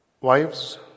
Wives